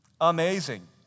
Amazing